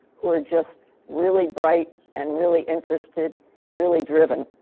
who are just really bright and really interested and really driven.